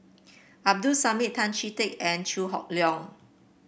Abdul Samad Tan Chee Teck and Chew Hock Leong